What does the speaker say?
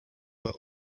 were